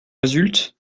résulte